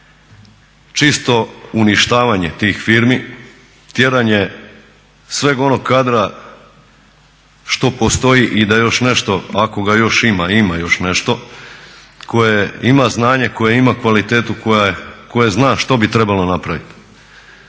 čisto uništavanje tih firmi. Tjeranje sveg onog kadra što postoji i da još nešto ako ga još ima, ima još nešto, koje ima znanje, koje ima kvalitetu, koje zna što bi trebalo napraviti